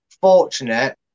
fortunate